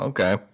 Okay